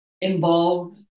involved